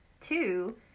Two